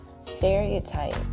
stereotype